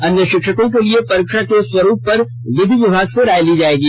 अन्य शिक्षकों के लिए परीक्षा के स्वरूप पर विधि विभाग से राय ली जाएगी